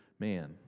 man